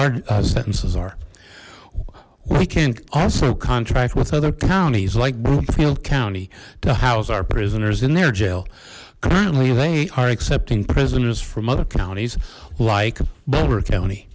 our sentences are we can also contract with other counties like bloomfield county to house our prisoners in their jail currently they are accepting prisoners from other counties like boulder county